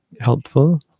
helpful